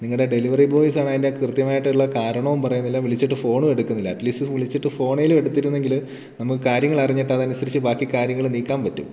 നിങ്ങളുടെ ഡെലിവറി ബോയ്സാണേ അതിൻ്റെ കൃത്യമായിട്ടുള്ള കാരണവും പറയുന്നില്ല വിളിച്ചിട്ട് ഫോണും എടുക്കുന്നില്ല അറ്റ്ലീസ്റ്റ് വിളിച്ചിട്ട് ഫോണേലും എടുത്തിരുന്നെങ്കിൽ നമുക്ക് കാര്യങ്ങൾ അറിഞ്ഞിട്ട് അതനുസരിച്ച് ബാക്കി കാര്യങ്ങൾ നീക്കാൻ പറ്റും